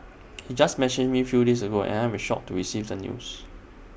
he just messaged me few days ago and I am shocked to receive the news